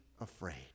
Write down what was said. afraid